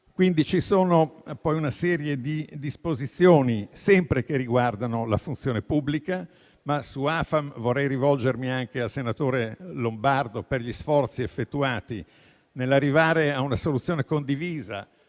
istituti. C'è poi una serie di disposizioni riguardanti sempre la funzione pubblica. Ma su AFAM vorrei rivolgermi al senatore Lombardo, per gli sforzi effettuati nell'arrivare a una soluzione condivisa